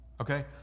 Okay